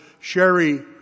Sherry